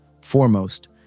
Foremost